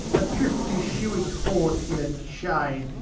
a thrifty shoeing-horn in a chain,